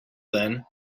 then